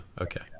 Okay